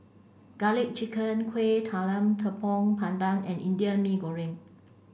Garlic Chicken Kuih Talam Tepong Pandan and Indian Mee Goreng